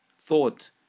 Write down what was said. thought